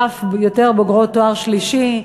ואף יותר בוגרות תואר שלישי,